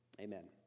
Amen